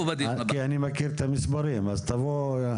כי אני מכיר את המספרים אז תבוא עם מספרים.